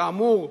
כאמור,